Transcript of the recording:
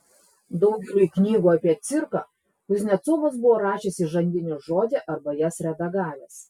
daugeliui knygų apie cirką kuznecovas buvo rašęs įžanginį žodį arba jas redagavęs